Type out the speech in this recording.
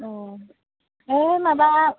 औ हो माबा